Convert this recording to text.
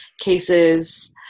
cases